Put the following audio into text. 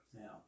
Now